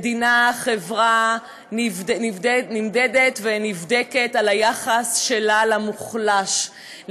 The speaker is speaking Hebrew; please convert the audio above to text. מדינה וחברה נמדדות ונבדקות ביחס שלהן למוחלש,